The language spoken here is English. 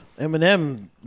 Eminem